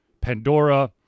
Pandora